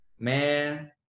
Man